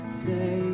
say